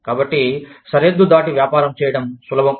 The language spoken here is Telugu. కాబట్టి సరిహద్దు దాటి వ్యాపారం చేయడం సులభం